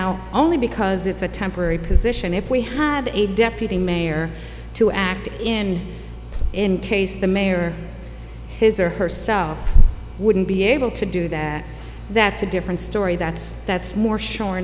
oh only because it's a temporary position if we had a deputy mayor to act in in case the mayor his or herself wouldn't be able to do that that's a different story that's that's more